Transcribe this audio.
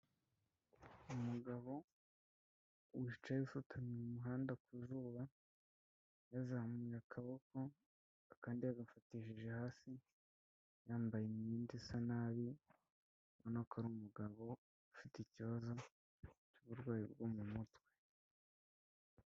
Umugabo wicaye asutamye mu muhanda ku zuba yazamuye akaboko akandi yagafatishije hasi, yambaye imyenda isa nabi ubona ko ari umugabo ufite ikibazo cy'uburwayi bwo mu mutwe.